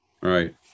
right